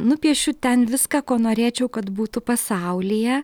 nupiešiu ten viską ko norėčiau kad būtų pasaulyje